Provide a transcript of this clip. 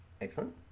Excellent